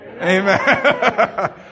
Amen